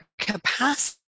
capacity